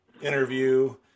interview